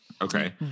Okay